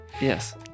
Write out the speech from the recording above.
Yes